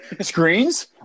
Screens